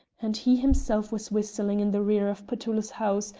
and he himself was whistling in the rear of petullo's house,